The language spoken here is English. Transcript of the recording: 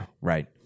right